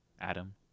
Adam